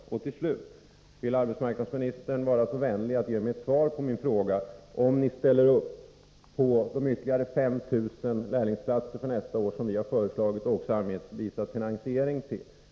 Till slut: Jag skulle uppskatta om arbetsmarknadsministern gav mig svar på frågan om ni ställer er bakom det förslag om ytterligare 5 000 lärlingsplatser för nästa år som vi moderater har framfört och för vilket vi också anvisat finansiering?